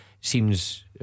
Seems